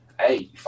hey